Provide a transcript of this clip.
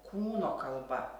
kūno kalba